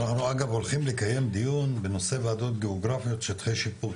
אנחנו אגב הולכים לקיים דיון בנושא ועדות גיאוגרפיות של שטחי שיפוט,